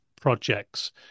projects